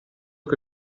che